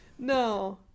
No